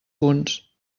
punts